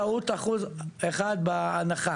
טעות של 1% בהנחה?